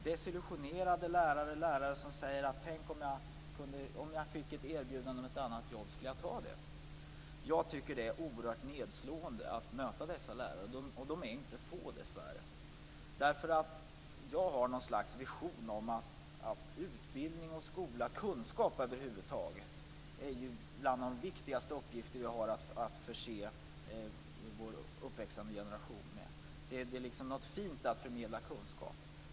Desillusionerade lärare, lärare som säger: Om jag fick ett erbjudande om ett annat jobb skulle jag ta det. Jag tycker att det är oerhört nedslående att möta dessa lärare. Och de är dessvärre inte få. Jag har någon slags vision om att utbildning och skola, kunskap över huvud taget, är bland de viktigaste uppgifter vi har att förse vår uppväxande generation med. Det är något fint att förmedla kunskap.